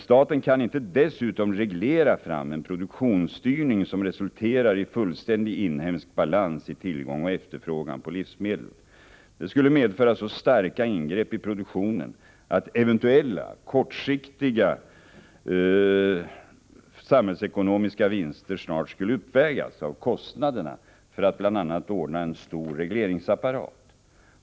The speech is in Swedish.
Staten kan inte dessutom reglera fram en produktionsstyrning, som resulterar i fullständig inhemsk balans i tillgång och efterfrågan på livsmedel. Det skulle medföra så starka ingrepp i produktionen att eventuella kortsiktiga samhällsekonomiska vinster snart skulle uppvägas av kostnaderna för att bl.a. ordna en stor regleringsapparat.